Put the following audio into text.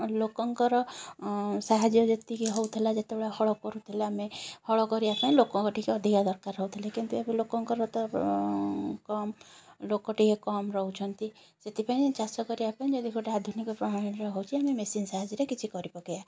ଲୋକଙ୍କର ସାହାଯ୍ୟ ଯେତିକି ହଉଥିଲା ଯେତେବେଳେ ହଳ କରୁଥିଲେ ଆମେ ହଳ କରିବା ପାଇଁ ଲୋକଙ୍କ ଟିକେ ଅଧିକା ଦରକାର ହଉଥିଲେ କିନ୍ତୁ ଏବେ ଲୋକଙ୍କର ତ ଏବେ କମ୍ ଲୋକ ଟିକେ କମ୍ ରହୁଛନ୍ତି ସେଥିପାଇଁ ଚାଷ କରିବା ପାଇଁ ଯଦି ଗୋଟେ ଆଧୁନିକ ପ୍ରଣାଳୀରେ ହେଉଛି ଆମେ ମେସିନ୍ ସାହାଯ୍ୟରେ କିଛି କରିପକାଇବା